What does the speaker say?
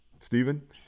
Stephen